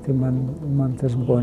tai man mantas buvo